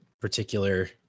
particular